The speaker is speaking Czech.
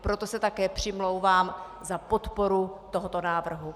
Proto se také přimlouvám za podporu tohoto návrhu.